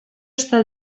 està